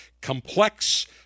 Complex